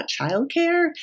childcare